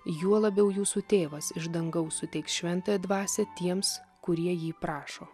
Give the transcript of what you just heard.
juo labiau jūsų tėvas iš dangaus suteiks šventąją dvasią tiems kurie jį prašo